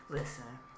listen